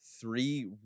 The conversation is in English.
three